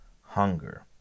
hunger